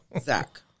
Zach